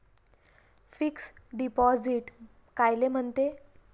Fix deposit कायले म्हनते?